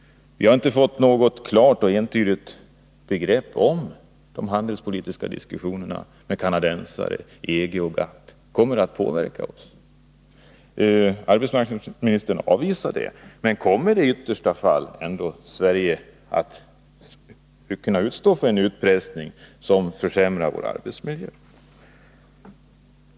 Vi har inte fått något klart och entydigt begrepp om huruvida de handelspolitiska diskussionerna med kanadensare, EG och GATT kommer att påverka oss. Arbetsmarknadsministern avvisar tanken att diskussionerna kommer att påverka oss, men kommer Sverige ändå, om frågan ställs på sin spets, att kunna motstå en utpressning som medför att arbetsmiljön försämras?